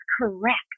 correct